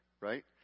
right